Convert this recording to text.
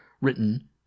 written